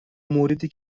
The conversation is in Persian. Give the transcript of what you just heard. موردی